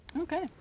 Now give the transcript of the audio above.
Okay